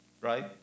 right